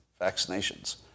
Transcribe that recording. vaccinations